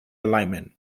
enlightenment